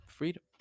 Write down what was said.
freedom